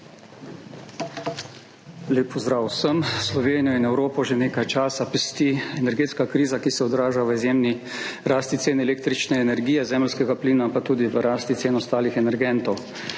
Lep pozdrav vsem! Slovenijo in Evropo že nekaj časa pesti energetska kriza, ki se odraža v izjemni rasti cen električne energije, zemeljskega plina, pa tudi v rasti cen ostalih energentov.